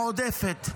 מועדפת.